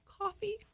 coffee